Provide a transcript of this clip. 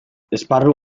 esparru